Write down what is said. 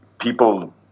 people